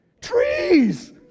Trees